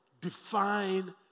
define